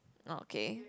okay